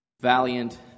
valiant